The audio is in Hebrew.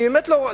באמת,